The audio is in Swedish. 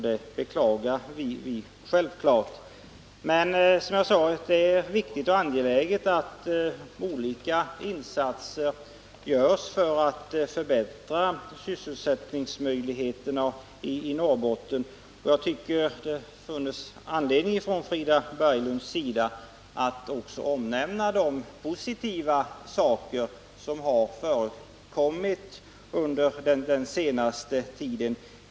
Det beklagar vi naturligtvis. Som jag sade är det angeläget att olika insatser görs för att förbättra sysselsättningsmöjligheterna i Norrbotten. Jag tycker att Frida Berglund har anledning att omnämna de positiva saker som har förekommit under den senaste tiden.